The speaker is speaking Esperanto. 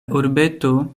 urbeto